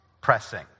pressing